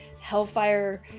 hellfire